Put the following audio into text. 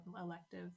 elective